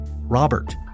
Robert